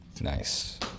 nice